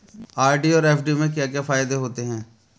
RD और FD के क्या क्या फायदे होते हैं?